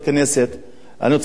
אני רוצה להשכיל אותך במעט,